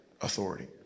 authority